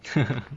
呵呵